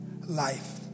life